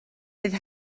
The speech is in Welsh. bydd